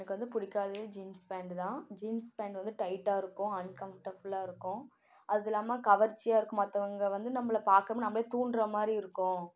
எனக்கு வந்து பிடிக்காதது ஜீன்ஸ் பேண்டு தான் ஜீன்ஸ் பேண்டு வந்து டைட்டாக இருக்கும் அன்கம்ஃபட்டபிளா இருக்கும் அதில்லாம கவர்ச்சியாக இருக்கும் மத்தவங்க வந்து நம்மள பாக்குற மேரி நம்மளே தூண்டுற மாதிரி இருக்கும்